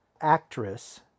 actress